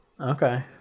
Okay